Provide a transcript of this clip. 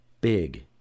big